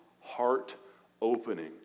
heart-opening